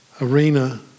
arena